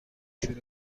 شروع